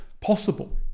possible